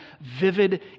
vivid